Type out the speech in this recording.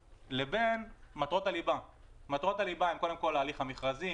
לבין מטרות הליבה שהן קודם כול ההליך המכרזי,